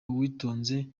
uwitonze